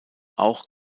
auch